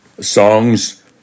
songs